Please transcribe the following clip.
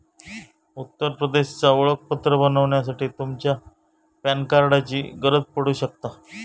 उत्तर प्रदेशचा ओळखपत्र बनवच्यासाठी तुमच्या पॅन कार्डाची गरज पडू शकता